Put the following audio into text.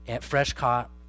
Fresh-caught